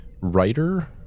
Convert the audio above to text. writer